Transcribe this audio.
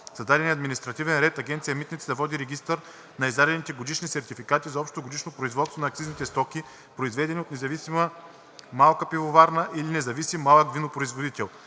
Създаден е административен ред Агенция „Митници“ да води регистър на издадените годишни сертификати за общото годишно производство на акцизните стоки, произведени от независима малка пивоварна или независим малък винопроизводител.